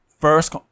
First